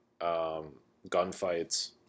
gunfights